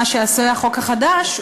מה שעושה החוק החדש,